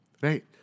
Right